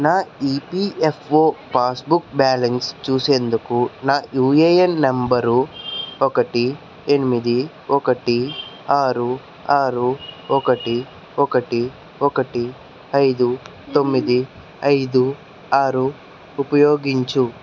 నా EPFO passbook balance చూసేందుకు నా యూఏఎన్ నంబరు ఒకటి ఎనిమిది ఒకటి ఆరు ఆరు ఒకటి ఒకటి ఒకటి ఐదు తొమ్మిది ఐదు ఆరు ఉపయోగించుము